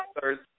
third